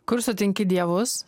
kur sutinki dievus